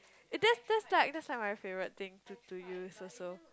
it's that just like is my favorite thing to to use also